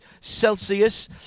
Celsius